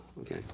okay